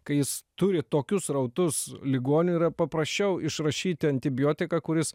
kai jis turi tokius srautus ligonių yra paprasčiau išrašyti antibiotiką kuris